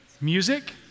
Music